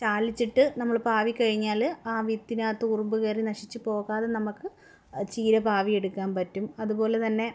താളിച്ചിട്ട് നമ്മൾ പാവി കഴിഞ്ഞാൽ ആ വിത്തിനകത്ത് ഉറുമ്പ് കയറി നശിച്ച് പോകാതെ നമുക്ക് ചീര പാവി എടുക്കാൻ പറ്റും അതുപോലെ തന്നെ